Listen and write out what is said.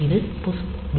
இது push B